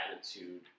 attitude